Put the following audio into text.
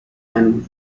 and